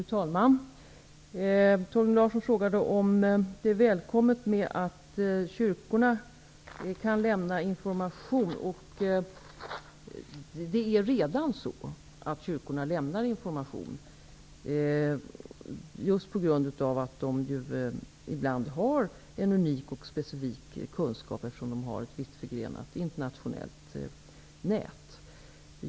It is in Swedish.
Fru talman! Torgny Larsson frågade om det är välkommet att kyrkorna lämnar information. Det är redan så att kyrkorna lämnar information, just på grund av att de ibland har en unik och specifik kunskap, eftersom de har ett vittförgrenat internationellt nät.